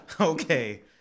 okay